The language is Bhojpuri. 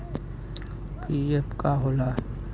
पी.एफ का होला?